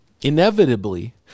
inevitably